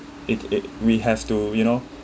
it it we have to you know